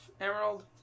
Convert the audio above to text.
Emerald